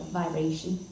vibration